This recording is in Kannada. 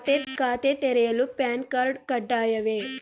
ಖಾತೆ ತೆರೆಯಲು ಪ್ಯಾನ್ ಕಾರ್ಡ್ ಕಡ್ಡಾಯವೇ?